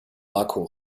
marco